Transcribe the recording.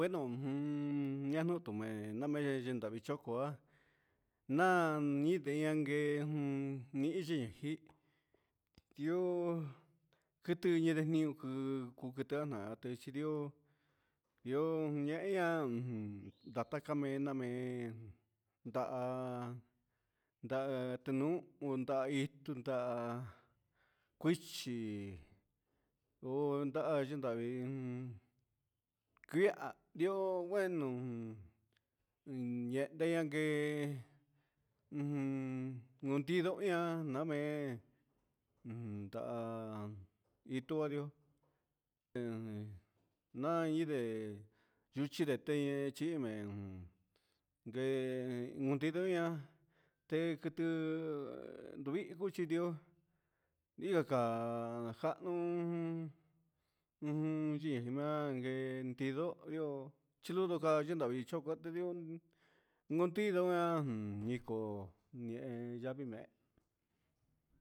Bueno jun ñanutumen naminda bichoko'a nanchen nagui nindajen niyin njí, nguio nutio ndio ju yana teche di'ó, di'ó na endian nataka henna me'en nda'a, nda'á tenun nda'á itu nda'á kuichi o nda'á tundavii, kuia ndio nguenon ñee nedengue ujun untido ihá namen ujun nda'a ikuario ajen nayee yuchidete xhimen nde undido ña'a teku kunvido xhidió inka ja jano ujun inchido ihó, luluka chenta vixhoko tudió nguntido nian ndiko ñe'e yani me'e.